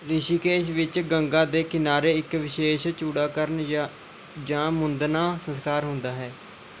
ਰਿਸ਼ੀਕੇਸ਼ ਵਿੱਚ ਗੰਗਾ ਦੇ ਕਿਨਾਰੇ ਇੱਕ ਵਿਸ਼ੇਸ਼ ਚੁੜਾਕਰਨ ਯਾਂ ਜਾਂ ਮੁੰਦਨਾ ਸੰਸਕਾਰ ਹੁੰਦਾ ਹੈ